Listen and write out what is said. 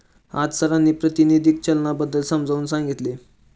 आज सरांनी प्रातिनिधिक चलनाबद्दल समजावून सांगितले